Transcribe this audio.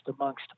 amongst